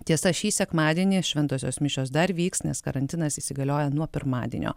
tiesa šį sekmadienį šventosios mišios dar vyks nes karantinas įsigalioja nuo pirmadienio